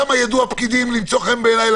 שם ידעו הפקידים למצוא חן בעיניי,